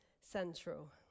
central